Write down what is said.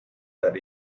that